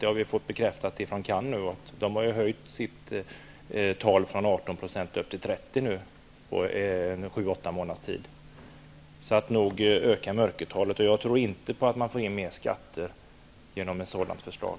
Det har vi fått bekräftat från CAN, som på sju åtta månaders tid har höjt sin uppskattning av mörkertalet från 18 till 30 %. Nog ökar mörkertalet. Jag tror inte att man får in mer skatter genom detta förslag.